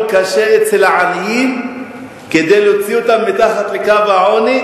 קשה אצל העניים כדי להוציא אותם מתחת לקו העוני,